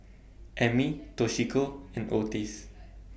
Ammie Toshiko and Otis